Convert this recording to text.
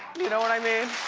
you know what i mean?